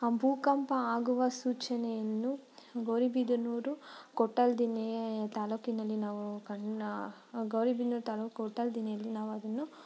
ಭೂಕಂಪ ಆಗುವ ಸೂಚನೆಯನ್ನು ಗೌರಿಬಿದನೂರು ಕೋಟಾಲದಿನ್ನೆ ತಾಲ್ಲೂಕಿನಲ್ಲಿ ನಾವು ಕಣ್ಣ ಗೌರಿಬಿದನೂರು ತಾಲ್ಲೂಕು ಕೋಟಾಲದಿನ್ನೆಯಲ್ಲಿ ನಾವು ಅದನ್ನು